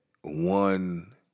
one